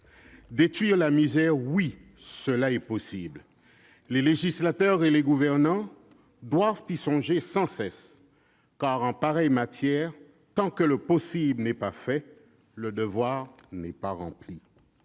Détruire la misère ! Oui, cela est possible. Les législateurs et les gouvernants doivent y songer sans cesse, car, en pareille matière, tant que le possible n'est pas fait, le devoir n'est pas rempli.